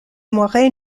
moiré